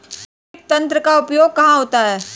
Drip तंत्र का उपयोग कहाँ होता है?